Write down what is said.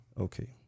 Okay